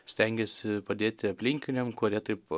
stengėsi padėti aplinkiniam kurie taip